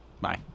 bye